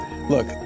look